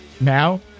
Now